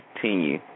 continue